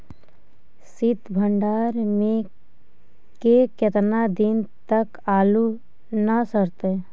सित भंडार में के केतना दिन तक आलू न सड़तै?